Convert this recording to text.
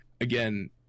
again